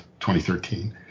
2013